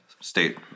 State